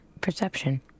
perception